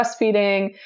breastfeeding